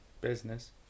business